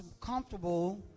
comfortable